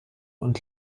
und